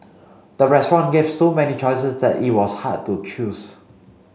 the restaurant gave so many choices that it was hard to choose